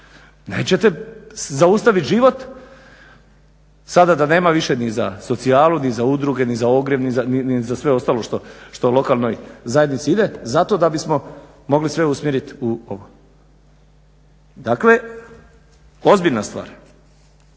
Nećete zaustavit život sada da nema više ni za socijalu, ni za udruge, ni za ogrjev, ni za sve ostalo što lokalnoj zajednici ide zato da bismo sve mogli usmjerit u ovo. Dakle ozbiljna stvar.